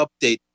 update